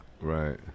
right